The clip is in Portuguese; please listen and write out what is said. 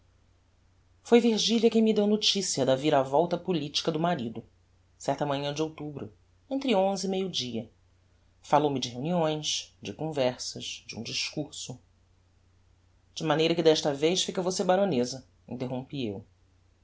foi virgilia quem me deu noticia da vira volta politica do marido certa manhã de outubro entre onze e meio dia falou-me de reuniões de conversas de um discurso de maneira que desta vez fica você baroneza interrompi eu